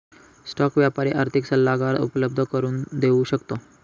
stock व्यापारी आर्थिक सल्लागार उपलब्ध करून देऊ शकतो